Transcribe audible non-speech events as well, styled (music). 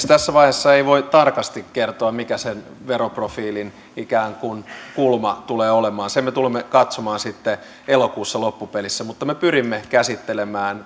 (unintelligible) tässä vaiheessa ei voi tarkasti kertoa mikä sen veroprofiilin ikään kuin kulma tulee olemaan sen me tulemme katsomaan sitten elokuussa loppupelissä mutta me pyrimme käsittelemään (unintelligible)